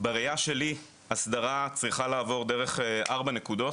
בראייה שלי הסדרה צריכה לעבור דרך ארבע נקודות.